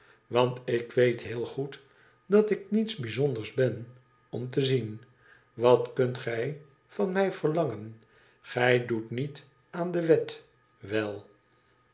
want ik weet heel goed dat ik niets bijzonders ben om te zien wat kunt gij van mij verlangen gij doet niet aan de wet wel